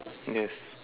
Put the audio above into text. yes